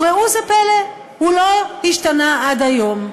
וראו זה פלא, הוא לא השתנה עד היום.